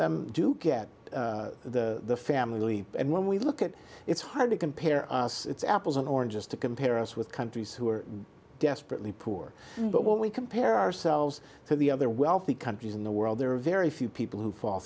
them do get the family and when we look at it it's hard to compare apples and oranges to compare us with countries who are desperately poor but when we compare ourselves to the other wealthy countries in the world there are very few people who fall